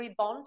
rebond